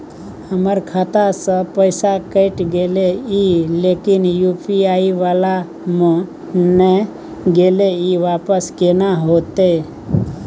हमर खाता स पैसा कैट गेले इ लेकिन यु.पी.आई वाला म नय गेले इ वापस केना होतै?